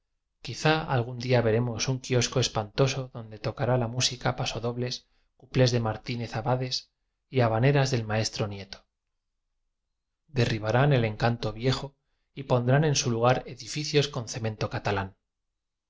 quizá al gún día veremos un kiosco espantoso don de tocará la música pasodobles cuplés de martínez abades y habaneras del maestro nieto derribarán el encanto viejo y pon drán en su lugar edificios con cemento ca